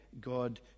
God